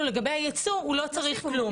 לגבי הייצוא הוא לא צריך כלום.